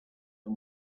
and